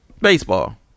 Baseball